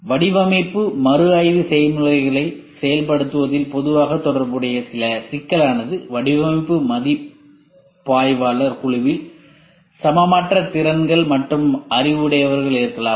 வடிவமைப்பு மறுஆய்வு செயல்முறைகளை செயல்படுத்துவதில் பொதுவாக தொடர்புடைய சில சிக்கலானது வடிவமைப்பு மதிப்பாய்வாளர் குழுவில் சமமற்ற திறன்கள் மற்றும் அறிவுடையவர்கள் இருக்கலாம்